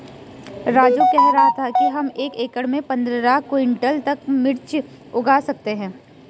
राजू कह रहा था कि हम एक एकड़ में पंद्रह क्विंटल तक मिर्च उगा सकते हैं